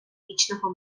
вічного